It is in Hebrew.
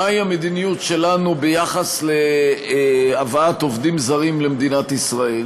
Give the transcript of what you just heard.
מהי המדיניות שלנו ביחס להבאת עובדים זרים למדינת ישראל,